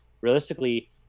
realistically